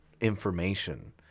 information